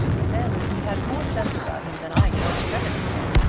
then he has more sense about him than i gave him credit for,